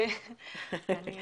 אני